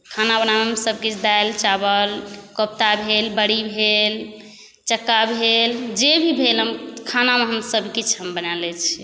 खाना बनाबैमे सबकिछु दालि चावल कोपता भेल बड़ी भेल चक्का भेल जे भी भेल हम खानामे हम सभ किछु हम बना लै छी